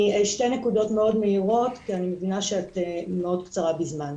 שתי נקודות מאוד מהירות כי אני מבינה שאת מאוד קצרה בזמן,